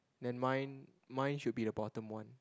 then mine mine should be the bottom one